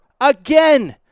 again